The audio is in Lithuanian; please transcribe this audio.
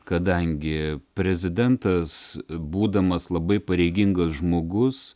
kadangi prezidentas būdamas labai pareigingas žmogus